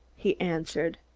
he answered.